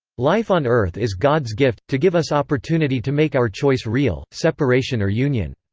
life on earth is god's gift, to give us opportunity to make our choice real separation or union.